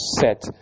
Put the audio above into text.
set